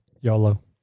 YOLO